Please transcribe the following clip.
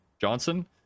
Johnson